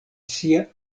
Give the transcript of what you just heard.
sia